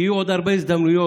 יהיו עוד הרבה הזדמנויות